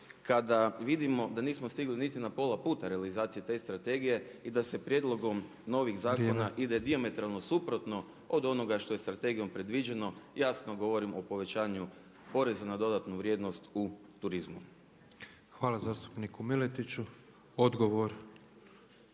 kada vidimo da nismo stigli niti na pola puta realizacije te strategije i da se prijedlogom novih zakona ide dijametralno suprotno … …/Upadica predsjednik: Vrijeme./… … od onoga što je strategijom predviđeno jasno govorim o povećanju poreza na dodanu vrijednost u turizmu. **Petrov, Božo (MOST)** Hvala zastupniku Miletiću. Odgovor.